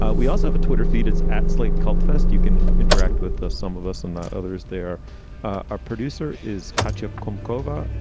ah we also have a twitter feed. it's at slate called fest. you can interact with some of us and not others there our producer is catch up um cova.